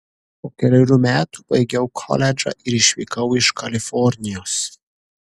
po kelerių metų baigiau koledžą ir išvykau iš kalifornijos